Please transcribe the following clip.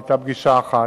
היתה פגישה אחת,